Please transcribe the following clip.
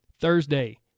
Thursday